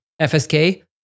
FSK